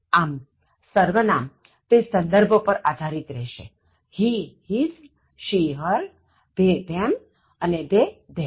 આમસર્વનામ તે સંદર્ભો પર આધારિત રહેશે hehis she her theythem અને theytheir